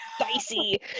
spicy